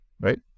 right